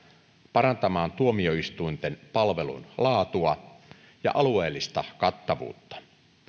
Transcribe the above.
parantamaan tuomioistuinten palvelun laatua ja alueellista kattavuutta